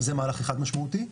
זה מהלך משמעותי אחד,